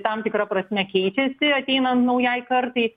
tam tikra prasme keičiasi ateinant naujai kartai